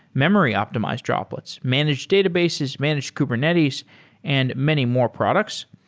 memory optimized droplets, managed databases, managed kubernetes and many more products.